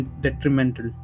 detrimental